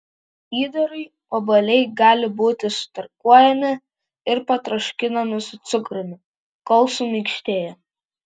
įdarui obuoliai gali būti sutarkuojami ir patroškinami su cukrumi kol suminkštėja